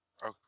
Okay